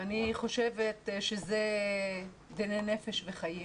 אני חושבת שזה דיני נפש וחיים